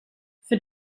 för